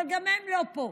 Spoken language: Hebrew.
אבל גם הם לא פה.